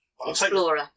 explorer